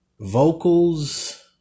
vocals